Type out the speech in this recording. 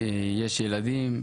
יש ילדים,